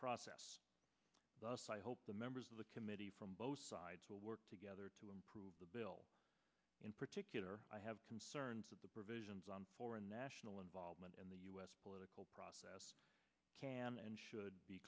process thus i hope the members of the committee from both sides will work together to improve the bill in particular i have concerns that the provisions on foreign national involvement in the us political process can and should be